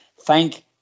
thank